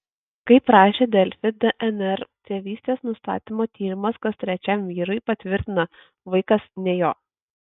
kaip rašė delfi dnr tėvystės nustatymo tyrimas kas trečiam vyrui patvirtina vaikas ne jo